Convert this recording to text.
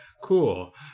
cool